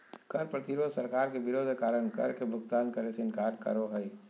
कर प्रतिरोध सरकार के विरोध के कारण कर के भुगतान करे से इनकार करो हइ